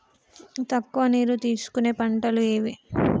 తక్కువ నీరు తీసుకునే పంటలు ఏవి?